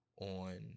on